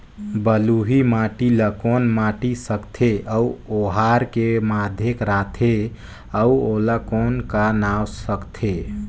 बलुही माटी ला कौन माटी सकथे अउ ओहार के माधेक राथे अउ ओला कौन का नाव सकथे?